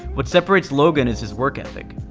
what separates logan is his work ethic.